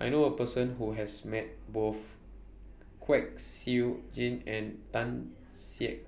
I know A Person Who has Met Both Kwek Siew Jin and Tan Siak